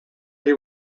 that